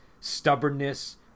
stubbornness